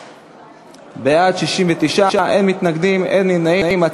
בעד, 69, אין מתנגדים, אין נמנעים.